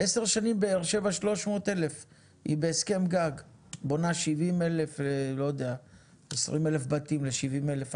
10 שנים באר שבע 300,000 היא בהסכם גג בונה 20,000 בתים ל-70,000 אנשים,